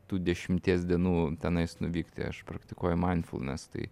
tų dešimties dienų tenais nuvykti aš praktikuoju mainfulnes tai